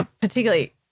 particularly